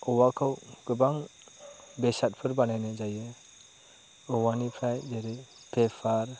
औवाखौ गोबां बेसादफोर बानायनाय जायो औवानिफ्राय जेरै पेपार